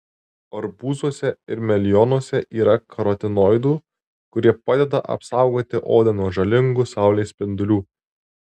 arbūzuose ir melionuose yra karotinoidų kurie padeda apsaugoti odą nuo žalingų saulės spindulių